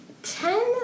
Ten